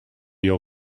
your